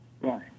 Right